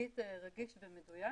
קיט רגיש ומדויק